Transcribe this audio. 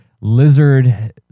lizard